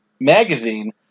magazine